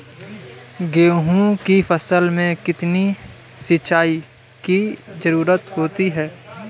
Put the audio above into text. गेहूँ की फसल में कितनी सिंचाई की जरूरत होती है?